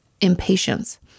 impatience